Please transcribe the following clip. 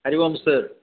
Hari Om sir